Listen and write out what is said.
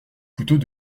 couteaux